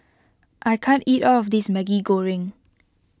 I can't eat all of this Maggi Goreng